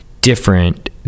different